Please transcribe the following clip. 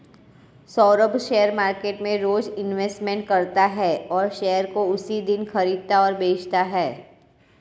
Saurabh share market में रोज investment करता है और शेयर को उसी दिन खरीदता और बेचता है